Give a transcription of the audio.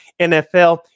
NFL